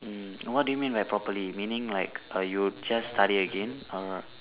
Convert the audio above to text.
mm what do you mean like properly meaning like uh you will just study again or